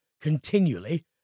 continually